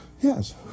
Yes